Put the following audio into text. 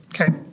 Okay